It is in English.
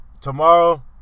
tomorrow